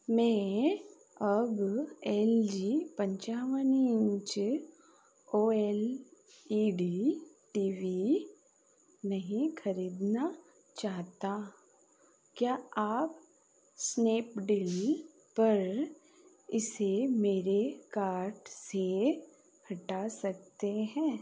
मैं अब L G पंचावन inch O L E D T V नहीं ख़रीदना चाहता क्या आप स्नैपडील पर इसे मेरे कार्ट से हटा सकते हैं